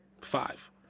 Five